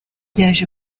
yaje